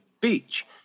beach